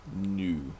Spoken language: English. new